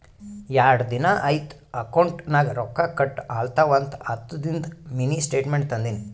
ಯಾಡ್ ದಿನಾ ಐಯ್ತ್ ಅಕೌಂಟ್ ನಾಗ್ ರೊಕ್ಕಾ ಕಟ್ ಆಲತವ್ ಅಂತ ಹತ್ತದಿಂದು ಮಿನಿ ಸ್ಟೇಟ್ಮೆಂಟ್ ತಂದಿನಿ